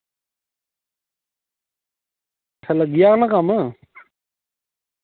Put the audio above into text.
अच्छा लग्गी जाह्ग ना कम्म